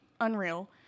unreal